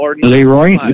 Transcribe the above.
Leroy